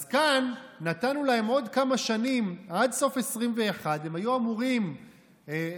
אז כאן נתנו להם עוד כמה שנים עד סוף 2021. הם היו אמורים להיערך